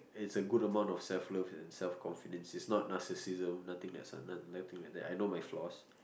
is a good amount of self love and self confidence is not narcissism nothing that's nothing like that I know my flaws